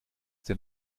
der